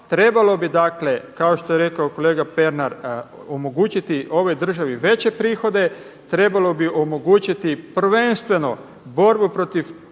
Trebalo bi dakle kao što je rekao kolega Pernar omogućiti ovoj državi veće prihode, trebalo bi omogućiti prvenstveno borbu protiv